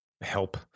help